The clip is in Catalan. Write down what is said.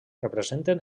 representen